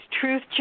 truth